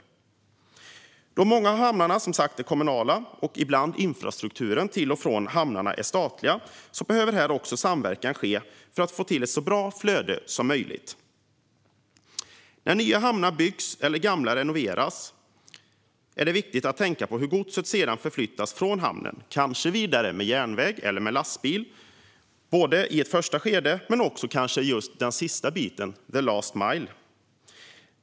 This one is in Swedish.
Eftersom många av hamnarna som sagt är kommunala och infrastrukturen till och från hamnarna ibland är statlig behöver samverkan ske också här, för att få ett så bra flöde som möjligt. När nya hamnar byggs eller gamla renoveras är det viktigt att tänka på hur godset sedan förflyttas från hamnen. Kanske ska det vidare med järnväg eller lastbil redan i ett första skede men kanske just den sista biten, the last mile.